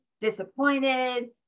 disappointed